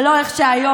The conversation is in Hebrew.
ולא איך שהיום,